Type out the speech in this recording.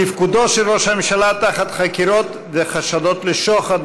תפקודו של ראש הממשלה תחת חקירות וחשדות לשוחד,